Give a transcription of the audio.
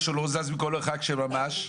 או שלא הוזז ממקומו למרחק של ממש".